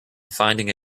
finding